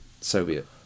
Soviet